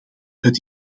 het